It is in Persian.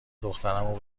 دخترمو